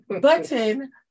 Button